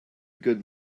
good